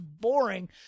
boring